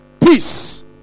peace